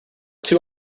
two